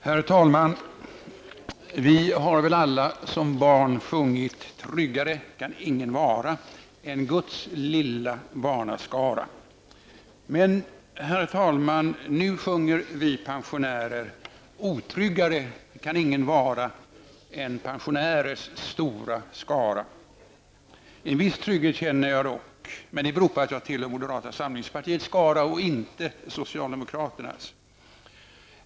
Herr talman! Vi har väl alla som barn sjungit psalmen Tryggare kan ingen vara än Guds lilla barnaskara. Men, herr talman, nu sjunger vi pensionärer: Otryggare kan ingen vara än pensionärers stora skara. En viss trygghet känner jag dock, men det beror på att jag tillhör moderata samlingspartiets skara och inte socialdemokraternas.